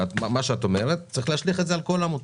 צריך להשליך את מה שאת אומרת על כל עמותה.